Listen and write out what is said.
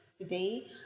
Today